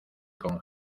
con